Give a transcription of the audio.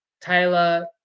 Taylor